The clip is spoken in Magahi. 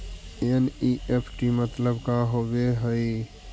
एन.ई.एफ.टी मतलब का होब हई?